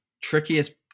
trickiest